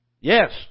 Yes